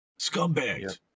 Scumbags